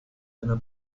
einer